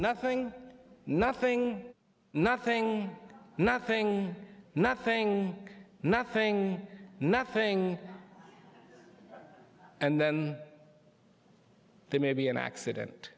nothing nothing nothing nothing nothing nothing nothing and then there may be an accident